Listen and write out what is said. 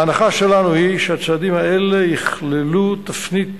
ההנחה שלנו היא שהצעדים האלה יכללו תפנית